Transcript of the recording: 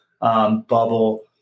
bubble